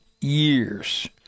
years